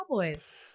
cowboys